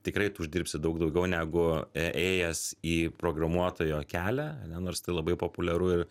tikrai tu uždirbsi daug daugiau negu ėjęs į programuotojo kelią ane nors tai labai populiaru ir